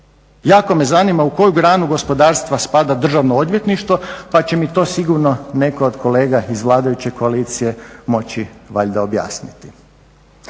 Jako me zanima u koju granu gospodarstva spada Državno odvjetništvo, pa će mi to sigurno netko od kolega iz vladajuće koalicije moći valjda objasniti.